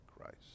Christ